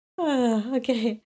Okay